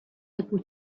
able